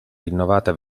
rinnovata